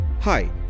Hi